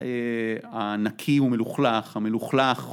הנקי ומלוכלך, המלוכלך